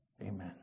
Amen